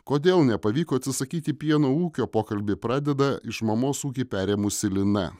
kodėl nepavyko atsisakyti pieno ūkio pokalbį pradeda iš mamos ūkį perėmusi lina